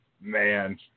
man